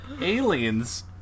aliens